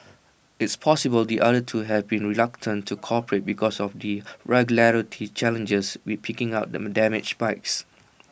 it's possible the other two have been reluctant to cooperate because of the regulatory challenges with picking up them damaged bikes